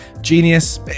Genius